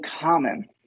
common